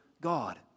God